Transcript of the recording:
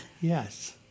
Yes